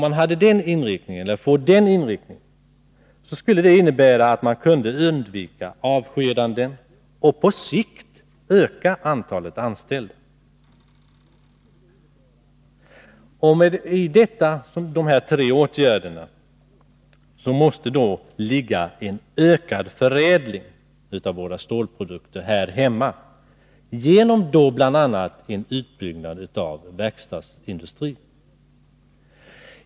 Med den inriktningen kunde man undvika avskedanden och på sikt öka antalet anställda. Dessa tre åtgärder måste medföra en ökad förädling här hemma av våra stålprodukter, bl.a. genom en utbyggnad av verkstadsindustrin.